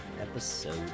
episode